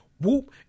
Whoop